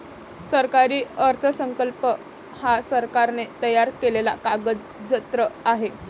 सरकारी अर्थसंकल्प हा सरकारने तयार केलेला कागदजत्र आहे